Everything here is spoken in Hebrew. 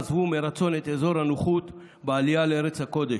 עזבו מרצון את אזור הנוחות בעלייה לארץ הקודש,